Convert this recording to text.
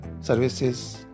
services